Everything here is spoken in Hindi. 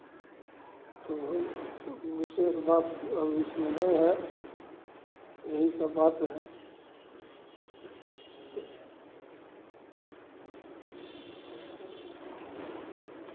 तो विशेष बात और उसमें नहीं है यही सब बात है